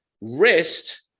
rest